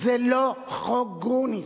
זה לא חוק גרוניס.